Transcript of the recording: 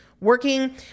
working